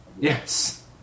Yes